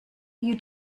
you